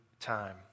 time